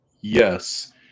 yes